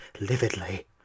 lividly